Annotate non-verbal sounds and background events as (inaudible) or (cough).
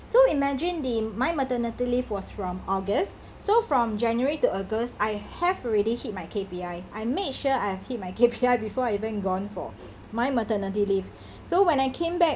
so imagine the my maternity leave was from august so from january to august I have already hit my K_P_I I made sure I hit my K_P_I before I even gone for my maternity leave (breath) so when I came back